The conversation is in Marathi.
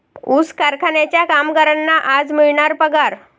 ऊस कारखान्याच्या कामगारांना आज मिळणार पगार